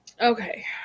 Okay